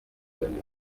danny